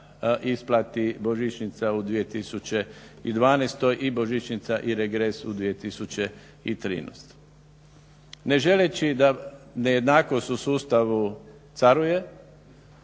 isplati božićnica u 2012.i božićnica i regres u 2013. Ne želeći da nejednakost u sustavu caruje